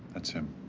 that's him.